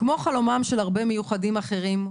כמו חלומם של הרבה מיוחדים אחרים,